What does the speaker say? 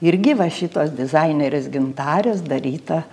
irgi va šitos dizainerės gintarės daryta